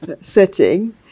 setting